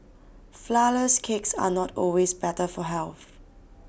Flourless Cakes are not always better for health